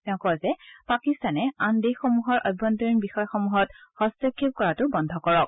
তেওঁ কয় যে পাকিস্তানে আন দেশসমূহৰ অভ্যন্তৰিণ বিষয়সমূহত হস্তক্ষেপ কৰাটো বন্ধ কৰক